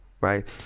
right